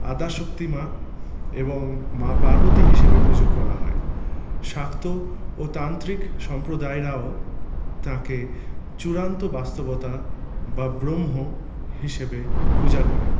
আদ্যাশক্তি মা এবং মা পার্বতী হিসেবে পুজো করা হয় শাক্ত ও তান্ত্রিক সম্প্রদায়েরাও তাকে চূড়ান্ত বাস্তবতা বা ব্রহ্ম হিসেবে পূজা করেন